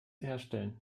herstellen